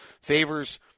favors